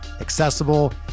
accessible